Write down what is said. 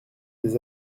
des